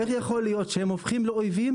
איך יכול להיות שהם הופכים לאויבים?